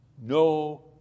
No